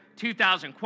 2000